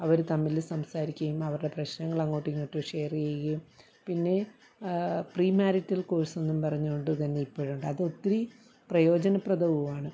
അവർ തമ്മിൽ സംസാരിക്കുകയും അവരുടെ പ്രശ്നങ്ങൾ അങ്ങോട്ടും ഇങ്ങോട്ടും ഷെയർ ചെയ്യുകയും പിന്നെ പ്രീമരൈറ്റല് കോഴ്സെന്നും പറഞ്ഞുകൊണ്ട് തന്നെ ഇപ്പോഴുണ്ട് അതൊത്തിരി പ്രയോജനപ്രദവുമാണ്